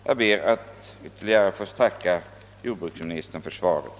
Jag ber att än en gång få tacka jordbruksministern för svaret.